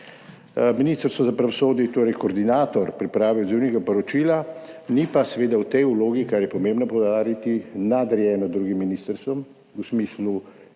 Ministrstvo za pravosodje je torej koordinator priprave odzivnega poročila, ni pa seveda v tej vlogi, kar je pomembno poudariti, nadrejeno drugim ministrstvom, v smislu